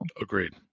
Agreed